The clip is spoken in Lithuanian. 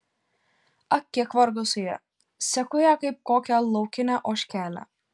ak kiek vargo su ja seku ją kaip kokią laukinę ožkelę